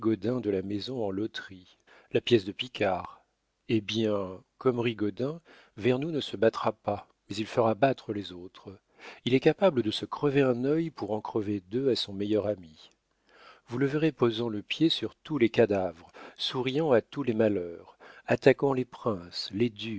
de la maison en loterie la pièce de picard eh bien comme rigaudin vernou ne se battra pas mais il fera battre les autres il est capable de se crever un œil pour en crever deux à son meilleur ami vous le verrez posant le pied sur tous les cadavres souriant à tous les malheurs attaquant les princes les